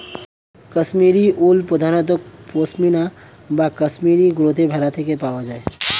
Kashmiri wool প্রধানত পশমিনা বা কাশ্মীরি গোত্রের ভেড়া থেকে পাওয়া যায়